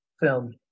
film